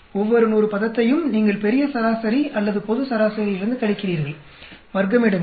ஒவ்வொரு 100 பதத்தையும் நீங்கள் பெரிய சராசரி அல்லது பொது சராசரியிலிருந்து கழிக்கிறீர்கள் வர்க்கமெடுங்கள்